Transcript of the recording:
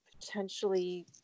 potentially